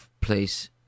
place